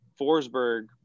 Forsberg